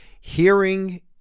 hearing